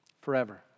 forever